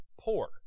poor